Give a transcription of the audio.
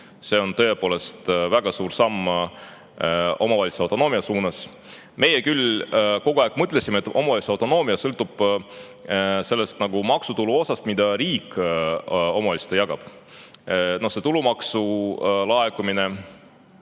See on tõepoolest väga suur samm omavalitsuste autonoomia suunas. Meie küll kogu aeg mõtlesime, et omavalitsuse autonoomia sõltub sellest maksutulu osast, mida riik omavalitsustele jagab – no see tulumaksu laekumine.